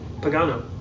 Pagano